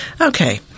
Okay